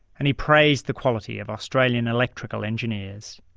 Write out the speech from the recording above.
and he praised the quality of australian electrical engineers.